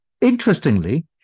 Interestingly